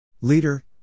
Leader